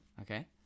okay